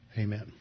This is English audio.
Amen